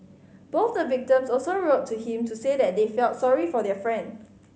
both the victims also wrote to him to say that they felt sorry for their friend